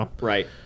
Right